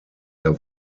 der